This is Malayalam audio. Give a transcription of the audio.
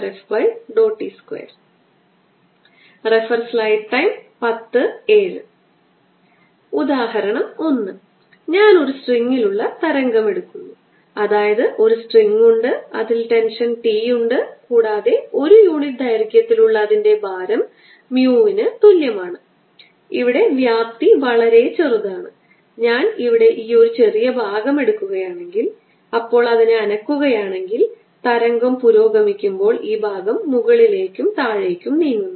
06xyy2zxz പ്രശ്നo നമ്പർ 6 വെക്റ്റർ ഫീൽഡിന്റെ വ്യതിചലനം x ദിശയിൽ 2 ആൽഫ x ഉം y ദിശയിൽ ബീറ്റാ y ഉം z ദിശയിൽ മൈനസ് 3 ഗാമാ z ഉം അതിന്റെ വ്യതിചലനം 0 ആണെങ്കിൽ ആൽഫ ബീറ്റ ഗാമ എന്നിവ തമ്മിലുള്ള ബന്ധം എന്താണ്